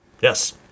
Yes